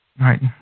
Right